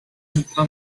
see